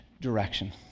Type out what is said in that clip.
direction